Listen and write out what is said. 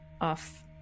off